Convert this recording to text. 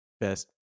best